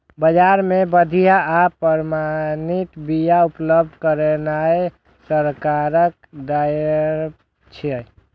बाजार मे बढ़िया आ प्रमाणित बिया उपलब्ध करेनाय सरकारक दायित्व छियै